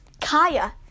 Kaya